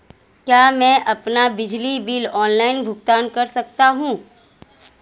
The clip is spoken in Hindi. क्या मैं अपना बिजली बिल ऑनलाइन भुगतान कर सकता हूँ?